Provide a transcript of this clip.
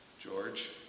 George